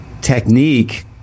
technique